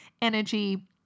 energy